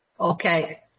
Okay